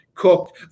Cooked